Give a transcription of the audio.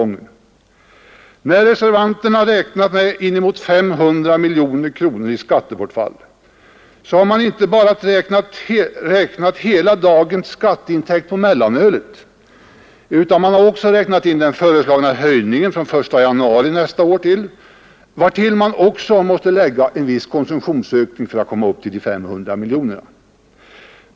När reservanterna räknat med inemot 500 miljoner kronor i skattebortfall, så har de inte bara räknat dagens hela skatteintäkt på mellanölet utan de har också räknat in den föreslagna höjningen från den 1 januari nästa år, vartill man också måste lägga en viss konsumtionsökning för att komma upp till de 500 miljonerna.